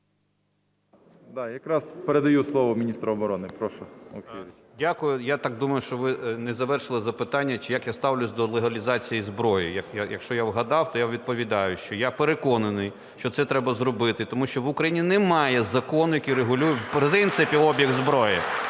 Я так думаю, що ви не завершили запитання, як я ставлюсь до легалізації зброї. Якщо я вгадав, то я відповідаю, що я переконаний, що це треба зробити, тому що в Україні немає закону, який регулює, в принципі, обіг зброї.